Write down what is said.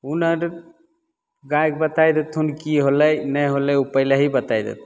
हुनर गाइके बतै देथुन कि होलै नहि होलै ओ पहिलहि बतै देथुन